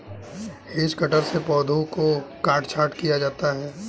hedge cutter से पौधों का काट छांट किया जाता है